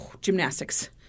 Gymnastics